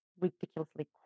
ridiculously